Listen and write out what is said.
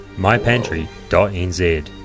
Mypantry.nz